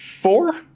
four